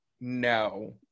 No